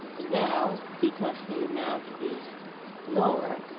and now, because the amount is lower,